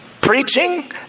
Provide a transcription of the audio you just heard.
preaching